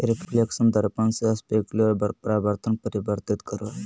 reflection दर्पण से specular परावर्तन प्रदर्शित करो हइ